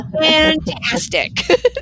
fantastic